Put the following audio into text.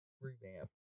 revamp